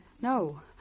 No